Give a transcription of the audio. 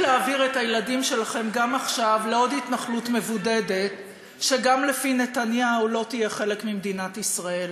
הילדים שלכם לא צריכים לעזוב כי הכנסת רעת הלב קבעה את זה,